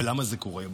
ולמה זה קורה?